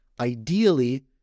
Ideally